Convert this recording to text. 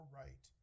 right